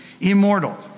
immortal